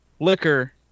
Liquor